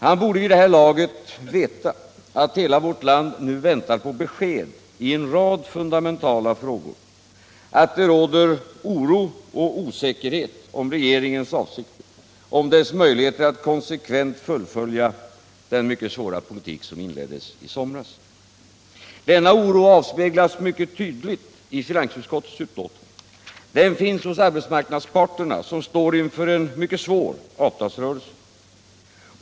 Han borde vid det här laget veta att hela vårt land nu väntar på besked i en rad fundamentala frågor, att det råder oro och osäkerhet om regeringens avsikter och om dess möjligheter att konsekvent fullfölja den mycket svåra politik som inleddes i somras. Denna oro avspeglas mycket tydligt i finansutskottets betänkande. Den finns hos arbetsmarknadens parter, vilka står inför en mycket svår avtalsrörelse.